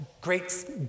great